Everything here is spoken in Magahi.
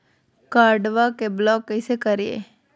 कार्डबा के ब्लॉक कैसे करिए?